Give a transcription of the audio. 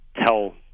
tell